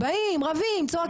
רבים צועקים.